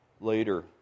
later